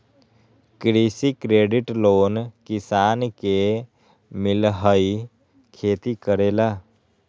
कृषि credit loan किसान के मिलहई खेती करेला?